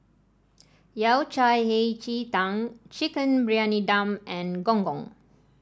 Yao Cai Hei Ji Tang Chicken Briyani Dum and Gong Gong